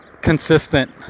consistent